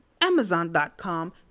amazon.com